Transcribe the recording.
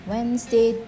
Wednesday